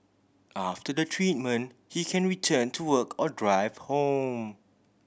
after the treatment he can return to work or drive home